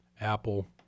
Apple